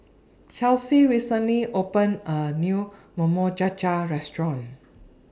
Chelsey recently opened A New Cha Cha Restaurant